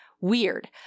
weird